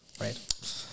Right